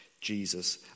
Jesus